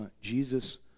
Jesus